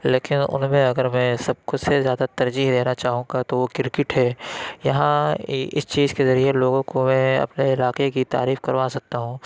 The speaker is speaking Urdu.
لیکن ان میں اگر میں سب کو سے زیادہ ترجیح دینا چاہوں گا تو وہ کرکٹ ہے یہاں اس چیز کے ذریعے لوگوں کو میں اپنے علاقے کی تعریف کروا سکتا ہوں